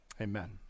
Amen